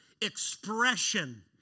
expression